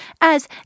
as